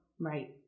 Right